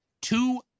two